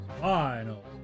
Finals